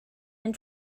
and